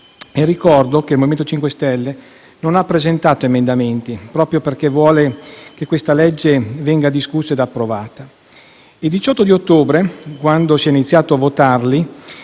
Ricordo che il Movimento 5 Stelle non ha presentato emendamenti, proprio perché voleva che questa legge venisse discussa e approvata. Il 18 ottobre, quando si è iniziato a votare